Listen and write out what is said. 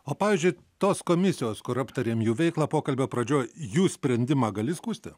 o pavyzdžiui tos komisijos kur aptarėm jų veiklą pokalbio pradžioj jų sprendimą gali skųsti